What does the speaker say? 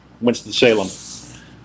Winston-Salem